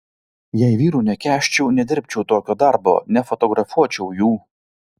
jei vyrų nekęsčiau nedirbčiau tokio darbo nefotografuočiau jų